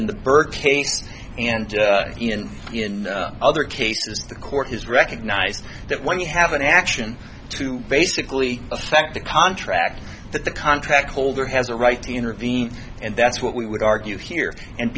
in the bourke case and even in other cases the court has recognized that when you have an action to basically affect the contract that the contract holder has a right to intervene and that's what we would argue here and